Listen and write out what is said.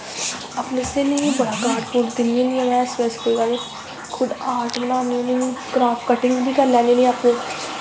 अपनी स्हेलियें गी बड़ा कार्ड कूर्ड दिन्नी होन्नी आं में स्कूला च खुद आर्ट बनानी होनी कट्टिंग बी करी लैन्नी होनीं